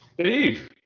Steve